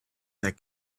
that